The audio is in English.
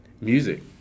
Music